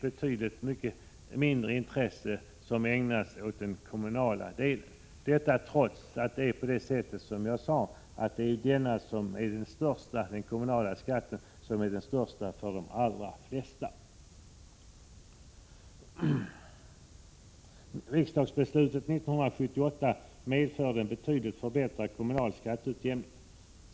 Betydligt mycket mindre intresse ägnas åt den kommunala delen, trots att det som sagt är den kommunala skatten som är den största för de allra flesta. Riksdagsbeslutet 1978 medförde en betydligt förbättrad kommunal skatteutjämning.